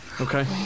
Okay